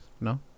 No